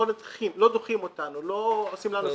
לא דוחים אותנו, לא עושים לנו סחבת.